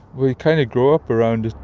we kind of grew up around it.